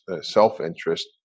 self-interest